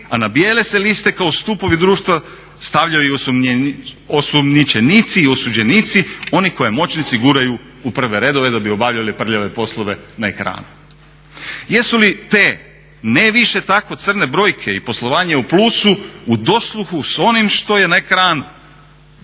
a na bijele se liste kao stupovi društva stavljaju osumnjičenici i osuđenici oni koje moćnici guraju u prve redove da bi obavljali prljave poslove na ekranu. Jesu li te ne više tako crne brojke i poslovanje u plusu u dosluhu s onim što je na ekranu